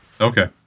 Okay